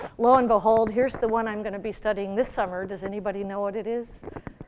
lo and behold, here's the one i'm going to be studying this summer. does anybody know what it is?